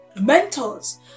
mentors